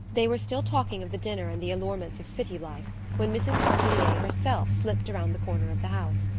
they were still talking of the dinner and the allurements of city life when mrs. pontellier herself slipped around the corner of the house.